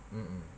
mm mm